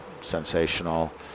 sensational